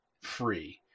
free